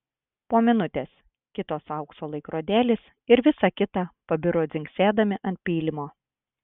po minutės kitos aukso laikrodėlis ir visa kita pabiro dzingsėdami ant pylimo